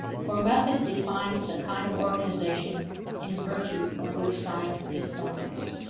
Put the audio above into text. for method defines the kind of organization in virtue of which science is science.